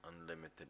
unlimited